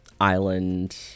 island